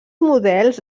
models